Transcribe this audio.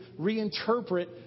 reinterpret